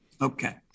Okay